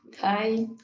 Hi